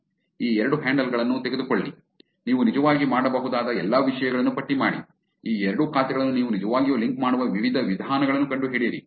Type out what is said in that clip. ಈ ಎರಡು ಹ್ಯಾಂಡಲ್ ಗಳನ್ನು ತೆಗೆದುಕೊಳ್ಳಿ ನೀವು ನಿಜವಾಗಿ ಮಾಡಬಹುದಾದ ಎಲ್ಲಾ ವಿಷಯಗಳನ್ನು ಪಟ್ಟಿ ಮಾಡಿ ಈ ಎರಡು ಖಾತೆಗಳನ್ನು ನೀವು ನಿಜವಾಗಿಯೂ ಲಿಂಕ್ ಮಾಡುವ ವಿವಿಧ ವಿಧಾನಗಳನ್ನು ಕಂಡುಹಿಡಿಯಿರಿ